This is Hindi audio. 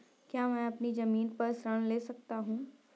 क्या मैं अपनी ज़मीन पर ऋण ले सकता हूँ?